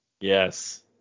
Yes